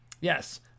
yes